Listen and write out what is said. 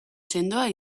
sendoa